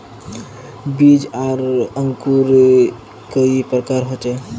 बीज आर अंकूर कई प्रकार होचे?